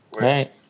Right